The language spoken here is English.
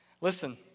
Listen